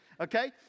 okay